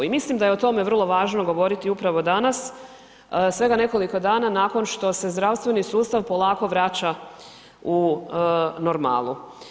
I mislim da je o tome vrlo važno govoriti upravo danas, svega nekoliko dana nakon što se zdravstveni sustav polako vraća u normalu.